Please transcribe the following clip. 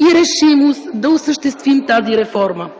и решимост да осъществим тази реформа.